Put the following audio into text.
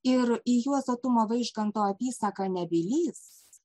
ir į juozo tumo vaižganto apysaką nebylys